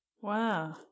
Wow